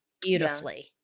beautifully